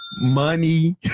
Money